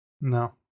No